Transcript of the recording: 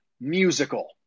musical